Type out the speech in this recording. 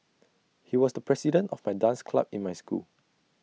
he was the president of the dance club in my school